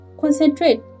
concentrate